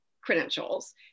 credentials